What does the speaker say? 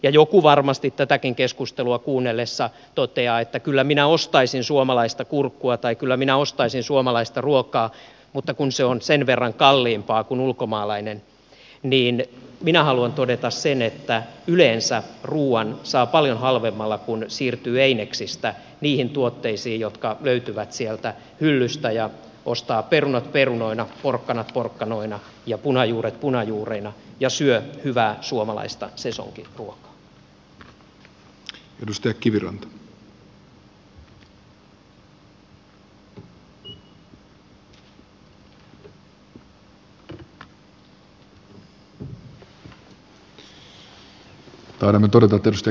ja kun joku varmasti tätäkin keskustelua kuunnellessaan toteaa että kyllä minä ostaisin suomalaista kurkkua tai kyllä minä ostaisin suomalaista ruokaa mutta kun se on sen verran kalliimpaa kuin ulkomaalainen niin minä haluan todeta sen että yleensä ruuan saa paljon halvemmalla kun siirtyy eineksistä niihin tuotteisiin jotka löytyvät sieltä hyllystä ja ostaa perunat perunoina porkkanat porkkanoina ja punajuuret punajuurina ja syö hyvää suomalaista sesonkiruokaa